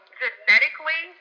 genetically